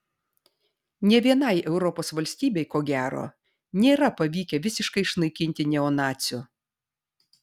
nė vienai europos valstybei ko gero nėra pavykę visiškai išnaikinti neonacių